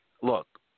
look